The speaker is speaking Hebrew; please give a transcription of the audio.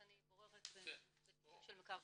ובוררת בתיקים של מקרקעין.